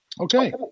Okay